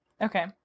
Okay